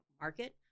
market